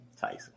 Tyson